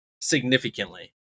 Significantly